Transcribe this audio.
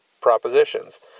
propositions